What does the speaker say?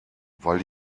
weil